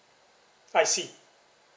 I see